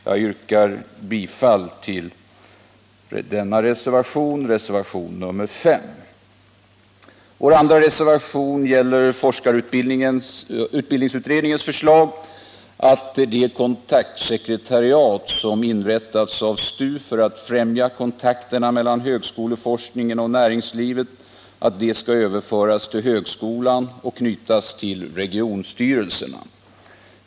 Jag yrkar bifall till reservation nr 5. Vår andra reservation gäller forskarutbildningsutredningens förslag att de kontaktsekretariat som inrättats av STU för att främja kontakterna mellan högskoleforskningen och näringslivet skall överföras till högskolan och knytas till regionstyrelserna.